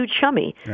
chummy